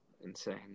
insane